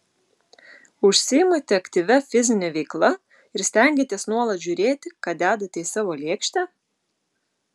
užsiimate aktyvia fizine veikla ir stengiatės nuolat žiūrėti ką dedate į savo lėkštę